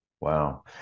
Wow